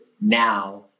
now